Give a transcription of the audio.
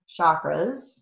chakras